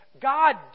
God